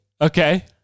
Okay